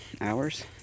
hours